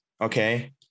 Okay